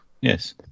yes